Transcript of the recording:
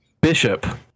Bishop